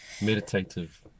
Meditative